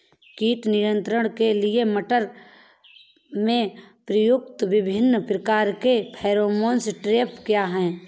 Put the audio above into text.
कीट नियंत्रण के लिए मटर में प्रयुक्त विभिन्न प्रकार के फेरोमोन ट्रैप क्या है?